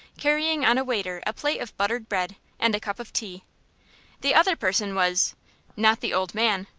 carrying on a waiter a plate of buttered bread, and a cup of tea the other person was not the old man,